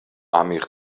عمیق